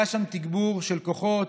היה שם תגבור של כוחות.